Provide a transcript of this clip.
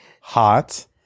Hot